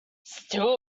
still